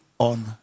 on